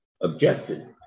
objected